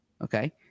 okay